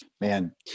Man